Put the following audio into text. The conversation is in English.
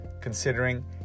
considering